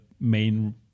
main